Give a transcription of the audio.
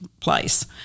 place